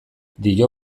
dio